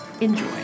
Enjoy